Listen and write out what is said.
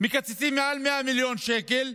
מקצצים מעל 100 מיליון שקל,